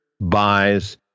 buys